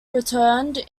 returned